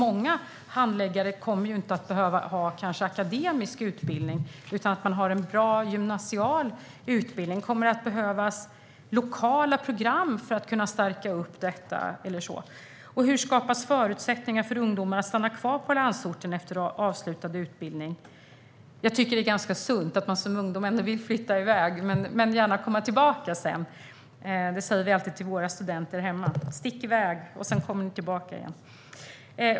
Många handläggare kommer nämligen inte att behöva ha akademisk utbildning, utan det räcker med en bra gymnasial utbildning. Kommer det att behövas lokala program för att stärka detta? Hur skapas förutsättningar för ungdomar att stanna kvar i landsorten efter avslutad utbildning? Jag tycker att det är ganska sunt att man som ungdom vill flytta iväg, men de får gärna komma tillbaka sedan. Vi säger alltid till våra studenter hemma: Stick iväg, och sedan kommer ni tillbaka!